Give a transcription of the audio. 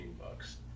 bucks